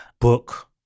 book